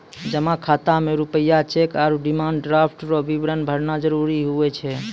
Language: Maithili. जमा खाता मे रूपया चैक आरू डिमांड ड्राफ्ट रो विवरण भरना जरूरी हुए छै